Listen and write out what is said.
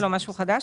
זה לא משהו חדש.